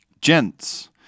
Gents